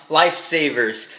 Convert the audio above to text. lifesavers